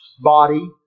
body